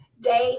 dave